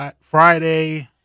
Friday